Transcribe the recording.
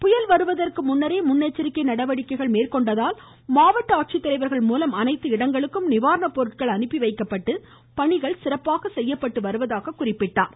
புயல் வருவதற்கு முன்னரே முன் எச்சரிக்கை நடவடிக்கை மேற்கொண்டதால் மாவட்ட ஆட்சித்தலைவர்கள் மூலம் அனைத்து இடங்களுக்கு நிவாரணப்பொருட்கள் அனுப்பி வைக்கப்பட்டு பணிகள் சிறப்பாக செய்து வருவதாக குறிப்பிட்டார்